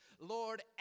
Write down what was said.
Lord